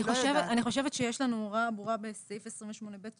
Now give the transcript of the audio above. אני חושבת שיש לנו הוראה ברורה בסעיף 28(ב)(2)